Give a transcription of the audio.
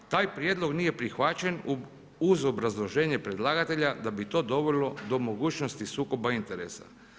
Taj prijedlog nije prihvaćen uz obrazloženje predlagatelja da bi to dovelo do mogućnosti sukoba interesa.